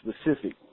specific